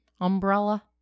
umbrella